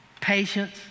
patience